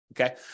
Okay